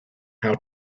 how